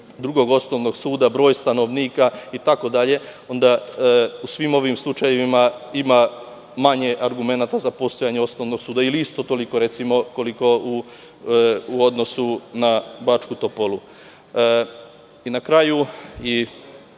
drugog osnovnog suda, broj stanovnika itd, onda u svim ovim slučajevima ima manje argumenata za postojanje osnovnog suda, ili isto toliko, recimo, koliko u odnosu na Bačku Topolu. Na kraju,